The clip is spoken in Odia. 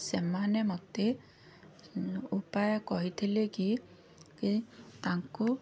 ସେମାନେ ମୋତେ ଉପାୟ କହିଥିଲେ କି କି ତାଙ୍କୁ